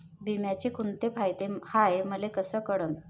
बिम्याचे कुंते फायदे हाय मले कस कळन?